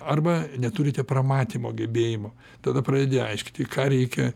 arba neturite pramatymo gebėjimo tada pradedi aiškinti ką reikia